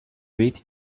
read